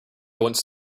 went